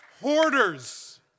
Hoarders